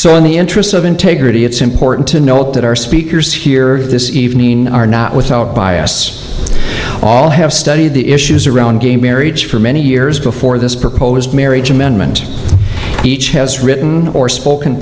so in the interest of integrity it's important to note that our speakers here this evening are not with us all have studied the issues around gay marriage for many years before this proposed marriage amendment each has written or spoken